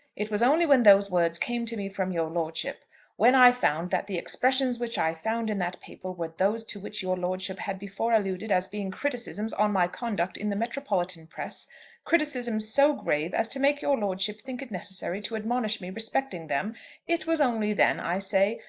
it was only when those words came to me from your lordship when i found that the expressions which i found in that paper were those to which your lordship had before alluded as being criticisms on my conduct in the metropolitan press criticisms so grave as to make your lordship think it necessary to admonish me respecting them it was only then, i say,